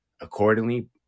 accordingly